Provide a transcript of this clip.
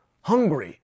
hungry